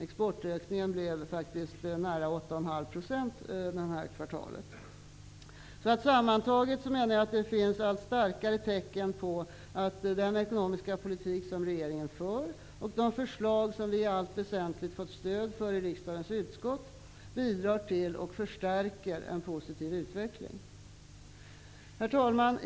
Exportökningen blev faktiskt nära 8,5 % det här kvartalet. Sammantaget menar jag att det finns allt starkare tecken på att den ekonomiska politik som regeringen för och de förslag som vi i allt väsentligt fått stöd för i riksdagens utskott bidrar till och förstärker en positiv utveckling. Herr talman!